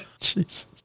Jesus